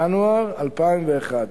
בינואר 2001,